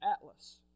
Atlas